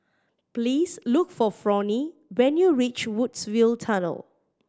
please look for Fronie when you reach Woodsville Tunnel